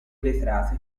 vetrate